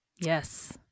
Yes